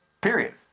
Period